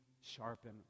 sharpen